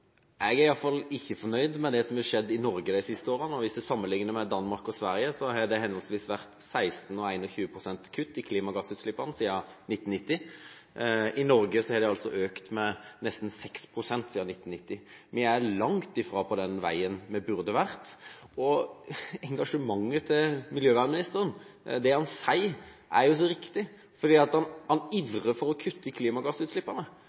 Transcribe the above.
Jeg er iallfall ikke fornøyd med det som har skjedd i Norge de siste årene. Når vi sammenlikner oss med Danmark og Sverige, har det i de landene vært henholdsvis 16 og 21 pst. kutt i klimagassutslippene siden 1990. I Norge har dette økt med nesten 6 pst. siden 1990. Vi er langt fra på den veien vi burde vært. Engasjementet til miljøvernministeren – det han sier – er jo så riktig. Han ivrer for å kutte i klimagassutslippene.